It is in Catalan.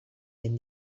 ben